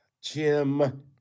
Jim